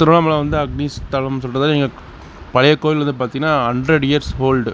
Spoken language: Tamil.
திருவண்ணாமலை வந்து அக்னி ஸ்தலம்னு சொல்றதை நீங்கள் பழைய கோவில் வந்து பார்த்திங்ன்னா ஹண்ட்ரட் இயர்ஸ் ஓல்டு